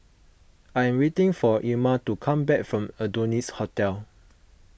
I am waiting for Ilma to come back from Adonis Hotel